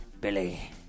Billy